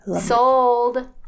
Sold